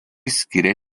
skiria